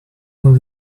will